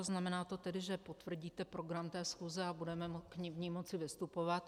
Znamená to tedy, že potvrdíte program té schůze a budeme v ní moci vystupovat.